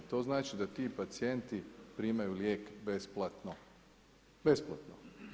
To znači da ti pacijenti primaju lijek besplatno, besplatno.